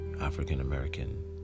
African-American